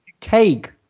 Cake